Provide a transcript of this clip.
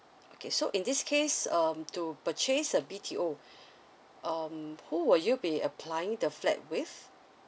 okay so in this case um to purchase a B_T_O um who will you be applying the flat with